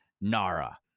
Nara